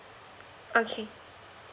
okay